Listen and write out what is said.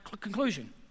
conclusion